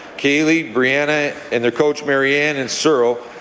kailey, brianna, and their coaches, mary ann and cyril,